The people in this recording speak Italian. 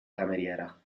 cameriera